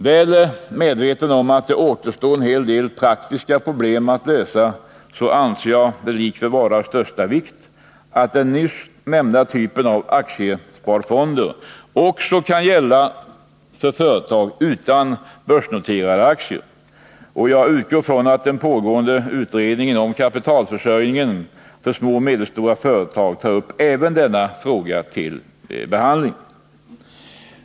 Väl medveten om att det återstår en hel del praktiska problem att lösa, anser jag det likväl vara av största vikt att den nämnda typen av aktiesparfonder också kan inrättas för företag utan börsnoterade aktier. Jag utgår från att den pågående utredningen om kapitalförsörjningen för små och medelstora företag tar upp även denna fråga till behandling.